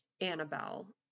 Annabelle